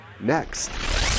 next